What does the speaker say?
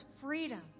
freedom